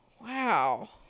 wow